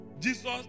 Jesus